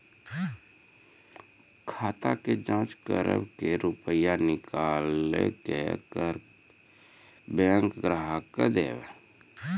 खाता के जाँच करेब के रुपिया निकैलक करऽ बैंक ग्राहक के देब?